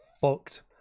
fucked